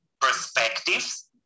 perspectives